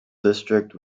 district